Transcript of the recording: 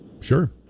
Sure